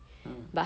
mm